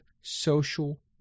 social